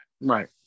right